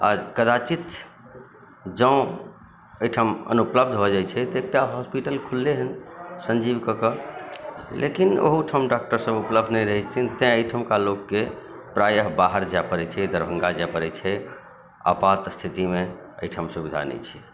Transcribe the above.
आ कदाचित जँ एहिठाम अनुपलब्ध भऽ जाइत छै तऽ एकटा हॉस्पिटल खुजलै हँ सञ्जीव कऽ कऽ लेकिन ओहूठाम डॉक्टर सब उपलब्ध नहि रहैत छथिन तैं एहिठुमका लोककेँ प्रायः बाहर जाय पड़ैत छै दरभङ्गा जाय पड़ैत छै आपात स्थितिमे एहिठाम सुविधा नहि छै